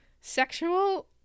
sexual